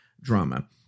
drama